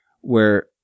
where-